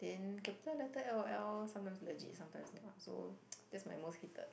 then capital letter lol oh sometime legit sometimes no ah so that's my most hated